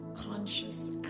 conscious